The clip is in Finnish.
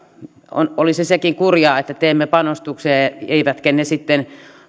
olisi sekin kurjaa että tekisimme panostuksia eivätkä ne sitten